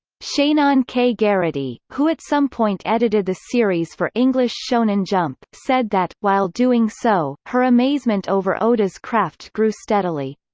shaenon k. garrity, who at some point edited the series for english shonen jump, said that, while doing so, so, her amazement over oda's craft grew steadily.